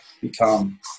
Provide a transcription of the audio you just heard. become